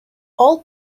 all